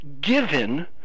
given